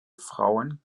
frauen